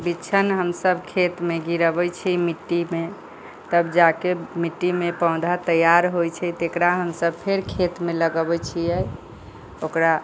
बीहन हमसब खेत मे गिरबै छी मिट्टी मे तब जाके मिट्टी मे पौधा तैयार होइ छै तकरा हमसब फेर खेत मे लगबै छियै ओकरा